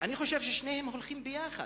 אני חושב ששניהם הולכים יחד,